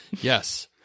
Yes